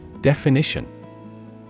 Definition